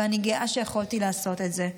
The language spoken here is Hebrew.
ואני גאה שיכולתי לעשות את זה.